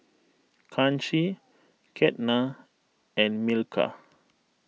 Kanshi Ketna and Milkha